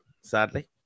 sadly